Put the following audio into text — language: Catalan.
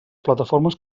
plataformes